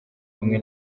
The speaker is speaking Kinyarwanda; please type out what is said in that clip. hamwe